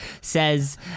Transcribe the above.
says